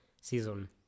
season